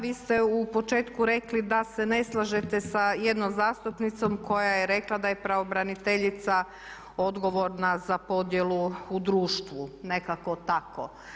Vi ste u početku rekli da se ne slažete sa jednom zastupnicom koja je rekla da je pravobraniteljica odgovorna za podjelu u društvu, nekako tako.